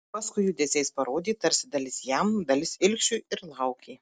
paskui judesiais parodė tarsi dalis jam dalis ilgšiui ir laukė